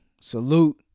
salute